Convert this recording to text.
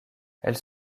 elles